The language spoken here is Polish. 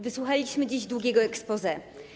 Wysłuchaliśmy dziś długiego exposé.